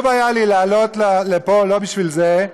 חשוב היה לי לעלות לא בשביל זה.